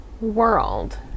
world